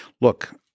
Look